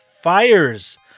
fires